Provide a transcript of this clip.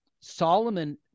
Solomon